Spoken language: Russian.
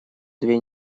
две